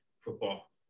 football